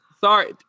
sorry